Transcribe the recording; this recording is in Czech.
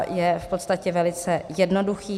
Je v podstatě velice jednoduchý.